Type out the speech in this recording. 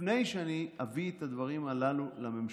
לפני שאני אביא את הדברים הללו לממשלה.